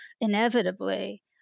inevitably